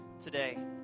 today